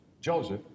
Joseph